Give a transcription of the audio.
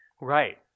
Right